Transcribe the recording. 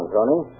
Tony